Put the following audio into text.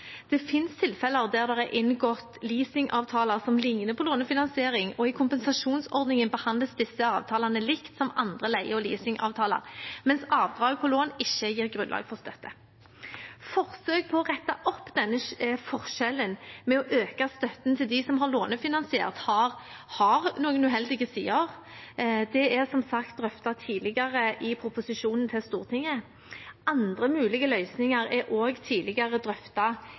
Det finnes tilfeller der det er inngått leasingavtaler som ligner på lånefinansiering, og i kompensasjonsordningen behandles disse avtalene likt som andre leie- og leasingavtaler, mens avdrag på lån ikke gir grunnlag for støtte. Forsøk på å rette opp denne forskjellen ved å øke støtten til dem som har lånefinansiert, har noen uheldige sider. Det er som sagt drøftet tidligere i proposisjonen til Stortinget. Andre mulige løsninger er også tidligere